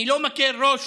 אני לא מקל ראש